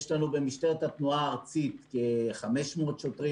יש לנו במשטרת התנועה הארצית כ-500 שוטרים,